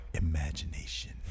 Imagination